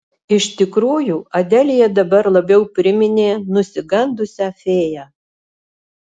iš tikrųjų adelija dabar labiau priminė nusigandusią fėją